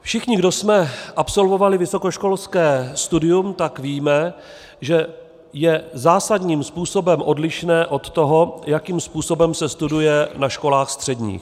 Všichni, kdo jsme absolvovali vysokoškolské studium, tak víme, že je zásadním způsobem odlišné od toho, jakým způsobem se studuje na školách středních.